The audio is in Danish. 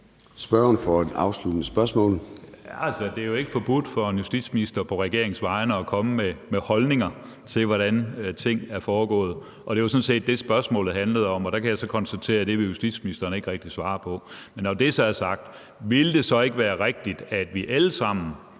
Skaarup (DD): Altså, det er jo ikke forbudt for en justitsminister på regeringens vegne at komme med holdninger til, hvordan tingene er foregået, og det var jo sådan set det, som spørgsmålet handlede om, og der kan jeg så konstatere, at det vil justitsministeren ikke rigtig svare på. Men når det er sagt, ville det så ikke være rigtigt, når der nu er